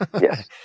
Yes